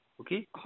Okay